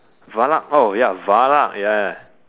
Valak oh ya Valak ya